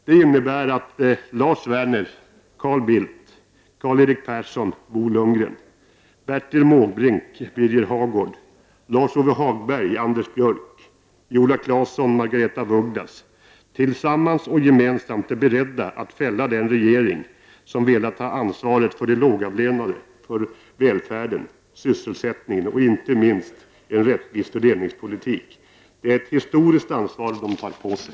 Det innebär att Lars Werner, Carl Bildt, Karl-Erik Persson, Bo Lundgren, Bertil Måbrink, Birger Hagård, Lars-Ove Hagberg, Anders Björck, Viola Claesson och Margaretha af Ugglas tillsammans och gemensamt är beredda att fälla den regering som velat ta ansvar för de lågavlönade, för välfärden, för sysselsättningen och inte minst för en rättvis fördelningspolitik. Det är ett historiskt ansvar de tar på sig.